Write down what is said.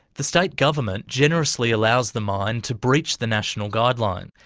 the state government generously allows the mine to breach the national guideline.